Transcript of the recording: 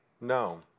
no